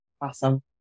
Awesome